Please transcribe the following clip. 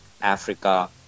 Africa